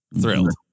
Thrilled